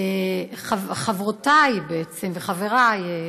חברותיי וחבריי,